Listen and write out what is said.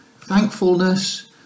thankfulness